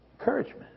encouragement